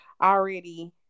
already